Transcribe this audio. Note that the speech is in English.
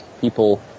people